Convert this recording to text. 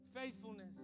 faithfulness